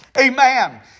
Amen